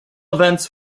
events